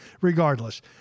regardless